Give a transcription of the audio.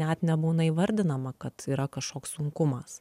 net nebūna įvardinama kad yra kažkoks sunkumas